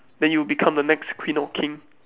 then you'll become the next queen of king